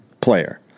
player